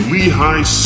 Lehigh